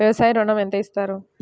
వ్యవసాయ ఋణం ఎంత ఇస్తారు?